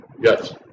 Yes